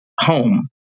home